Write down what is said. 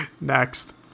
Next